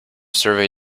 survey